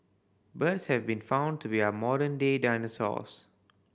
birds have been found to be our modern day dinosaurs